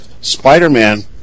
Spider-Man